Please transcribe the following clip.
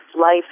life